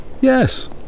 Yes